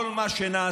כל מה שנעשה,